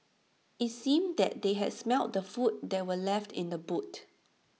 IT seemed that they had smelt the food that were left in the boot